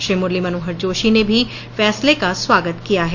श्री मुरली मनोहर जोशी ने भी फैसले का स्वाागत किया है